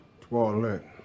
Toilet